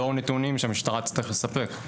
לאור נתונים שהמשטרה תצטרך לספק.